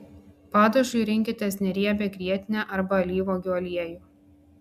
padažui rinkitės neriebią grietinę arba alyvuogių aliejų